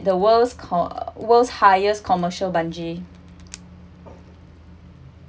the world's called world's highest commercial bungee